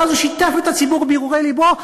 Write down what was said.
ואז הוא שיתף את הציבור בהרהורי לבו.